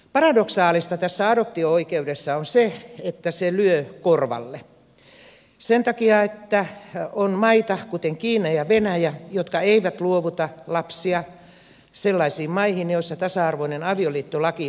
paradoksaalista tässä adoptio oikeudessa on se että se lyö korvalle sen takia että on maita kuten kiina ja venäjä jotka eivät luovuta lapsia sellaisiin maihin joissa tasa arvoinen avioliittolaki on voimassa